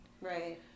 Right